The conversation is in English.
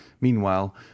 Meanwhile